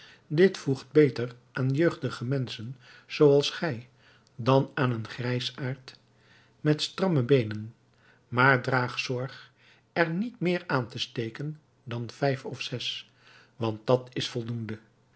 dit voegt beter aan jeugdige menschen zooals gij dan aan een grijsaard met stramme beenen maar draag zorg er niet meer aan te steken dan vijf of zes want dat is voldoende